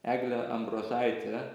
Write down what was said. eglė ambrožaitė